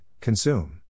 consume